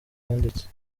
yanditse